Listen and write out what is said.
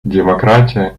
демократия